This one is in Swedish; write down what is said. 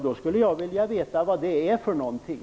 Då skulle jag vilja veta vad det är för någonting.